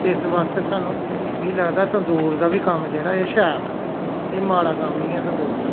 ते इस बास्ते सानूं मिं लगदा तंदूर दा बी कम्म जेहड़ा एह् शैल ऐ एह् माड़ा कम्म नेई ऐ तंदूर दा